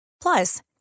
Plus